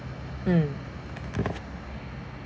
mm